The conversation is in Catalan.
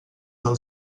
del